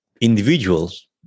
Individuals